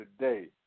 today